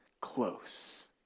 close